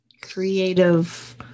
creative